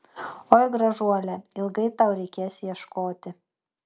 oi gražuole ilgai tau reikės ieškoti